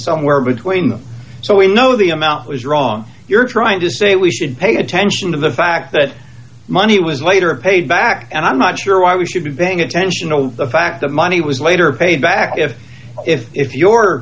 somewhere between them so we know the amount was wrong you're trying to say we should pay attention to the fact that money was later paid back and i'm not sure why we should be paying attention to the fact the money was later paid back if if if your